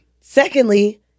Secondly